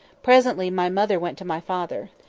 presently my mother went to my father.